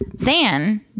Zan